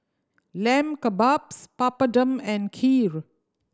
Lamb Kebabs Papadum and Kheer